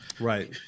right